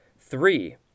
three